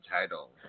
title